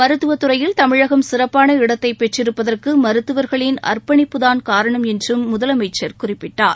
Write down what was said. மருத்துவத் துறையில் தமிழகம் சிறப்பான இடத்தை பெற்றிருப்பதற்கு மருத்துவர்களின் அர்ப்பணிப்புதான் காரணம் என்றும் முதலமைச்சர் குறிப்பிட்டார்